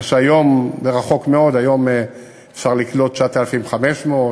מה שהיום רחוק מאוד, היום אפשר לקלוט 9,500,